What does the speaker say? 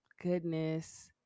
goodness